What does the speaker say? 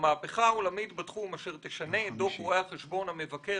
המהפכה העולמית בתחום אשר תשנה את דו"ח רואה החשבון המבקר